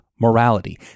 morality